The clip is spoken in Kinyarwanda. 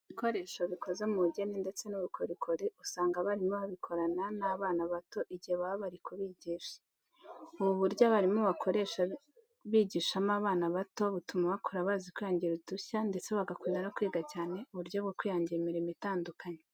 Ibikoresho bikoze mu bugeni ndetse n'ubukorikori usanga abarimu babikorana n'abana bato igihe baba bari kubigisha. Ubu buryo abarimu bakoresha bigishamo abana bato, butuma bakura bazi kwihangira udushya ndetse bagakunda no kwiga cyane uburyo bwo kwihangira imirimo itandukanye.